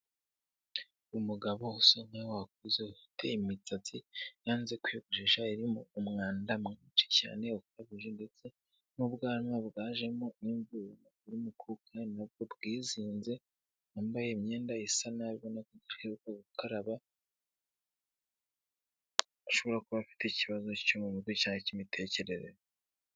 Umugabo usa nk'aho wakuze ufite imisatsi yanze kwiyogoshesha irimo umwanda mwinshi cyane ukabije ndetse n'ubwanwa bwajemo n'mvu bumukuka nubwo bwizinze wambaye imyenda isa nabibonaruka gukaraba ashobora kuba afite ikibazo cyo mu mutwe cyane k'imitekerereze.